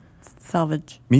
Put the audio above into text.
salvage